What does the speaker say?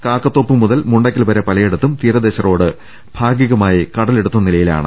കാക്കത്തോപ്പ് മുതൽ മുണ്ടയ്ക്കൽ വരെ പലയിടത്തും തീരദേശറോഡ് ഭാഗികമായി കടലെടുത്ത നിലയിലാണ്